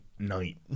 Night